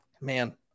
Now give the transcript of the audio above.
man